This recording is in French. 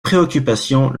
préoccupations